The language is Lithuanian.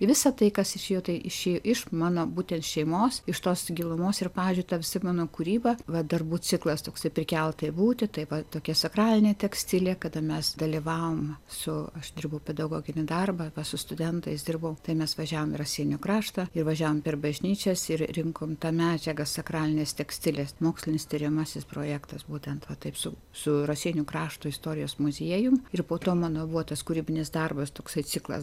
visa tai kas išėjo tai išėjo iš mano būtent šeimos iš tos gilumos ir pavyzdžiui ta visa mano kūryba va darbų ciklas toksai prikelta į būtį tai va tokia sakralinė tekstilė kada mes dalyvavom su aš dirbau pedagoginį darbą va su studentais dirbau tai mes važiavom į raseinių kraštą ir važiavom per bažnyčias ir rinkom tą medžiagą sakralinės tekstilės mokslinis tiriamasis projektas būtent va taip su su raseinių krašto istorijos muziejum ir po to mano buvo tas kūrybinis darbas toksai ciklas